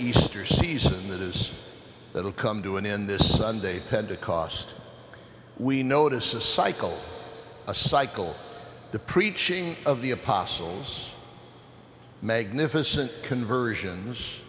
easter season that is that will come to an end this sunday pentecost we notice a cycle a cycle the preaching of the apostles magnificent conversions